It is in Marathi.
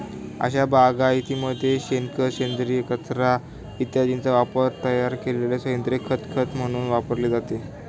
अशा बागायतीमध्ये शेणखत, सेंद्रिय कचरा इत्यादींचा वापरून तयार केलेले सेंद्रिय खत खत म्हणून वापरले जाते